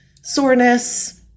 soreness